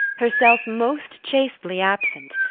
herself most chastely absent.